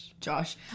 Josh